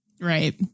Right